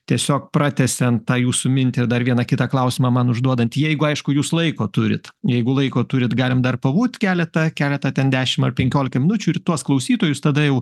tiesiog pratęsiant tą jūsų mintį ir dar vieną kitą klausimą man užduodant jeigu aišku jūs laiko turit jeigu laiko turit galim dar pabūt keletą keletą ten dešim ar penkiolika minučių ir tuos klausytojus tada jau